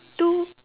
f